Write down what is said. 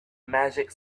magic